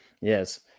Yes